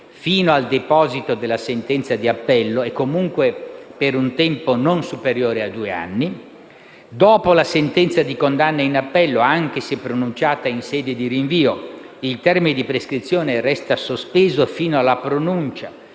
il termine di prescrizione resta sospeso fino al deposito